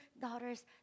daughters